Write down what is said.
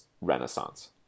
Renaissance